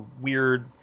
weird